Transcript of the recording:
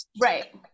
right